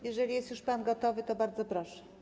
Jeżeli jest już pan gotowy, to bardzo proszę.